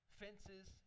fences